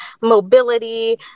mobility